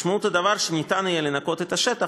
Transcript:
משמעות הדבר שיהיה אפשר לנקות את השטח,